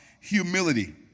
humility